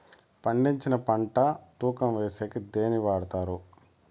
పండించిన పంట తూకం వేసేకి దేన్ని వాడతారు?